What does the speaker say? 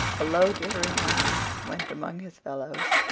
a low, tittering laugh went among his fellows.